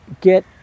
get